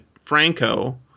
Franco